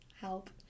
help